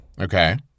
Okay